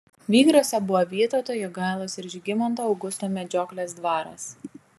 vygriuose buvo vytauto jogailos ir žygimanto augusto medžioklės dvaras